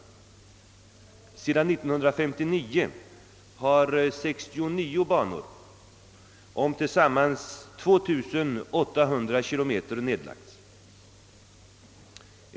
Sedan 1959 har 69 banor om tillsammans 2 800 kilometer nedlagts.